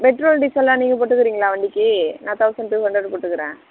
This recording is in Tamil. பெட்ரோல் டீசல்லாம் நீங்கள் போட்டுக்கிறீங்களா வண்டிக்கு நான் தௌசண்ட் டூ ஹண்ரட் போட்டுக்குறேன்